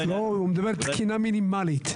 לא, הוא מדבר תקינה מינימלית.